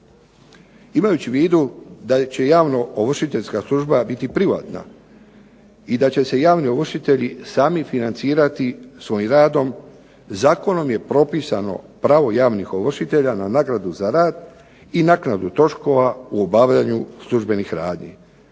Imajući u vidu da će javnoovršiteljska služba biti privatna i da će se javni ovršitelji sami financirati svojim radom, zakonom je propisano pravo javnih ovršitelja na nagradu za rad i naknadu troškova u obavljanju službenih radnji.